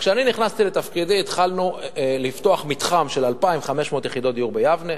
כשאני נכנסתי לתפקידי התחלנו לפתוח מתחם של 2,500 יחידות דיור ביבנה,